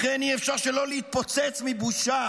לכן אי-אפשר שלא להתפוצץ מבושה